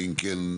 ואם כן,